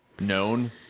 known